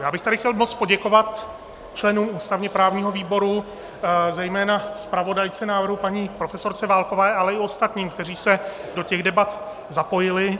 Já bych tady chtěl moc poděkovat členům ústavněprávního výboru, zejména zpravodajce návrhu paní profesorce Válkové, ale i ostatním, kteří se do debat zapojili.